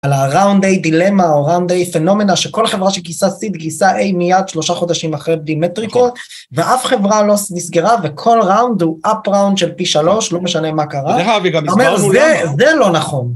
על הראונד A דילמה או ראונד A פנומנה שכל חברה שגייסה סיד גייסה A מייד שלושה חודשים אחרי B בלי מטריקות, ואף חברה לא נסגרה וכל ראונד הוא אפ ראונד של פי שלוש, לא משנה מה קרה. זה לא נכון.